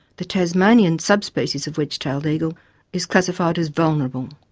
the tasmanian subspecies of wedge-tailed eagle is classified as vulnerable,